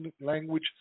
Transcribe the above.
language